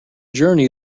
journey